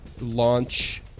launch